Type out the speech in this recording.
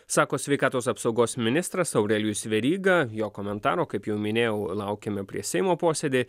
sako sveikatos apsaugos ministras aurelijus veryga jo komentaro kaip jau minėjau laukiame prieš seimo posėdį